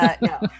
no